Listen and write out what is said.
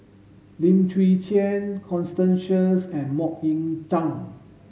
Lim Chwee Chian Constance Sheares and Mok Ying Jang